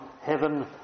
heaven